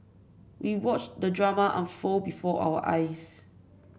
we watched the drama unfold before our eyes